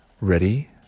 ready